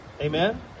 Amen